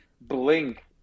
blink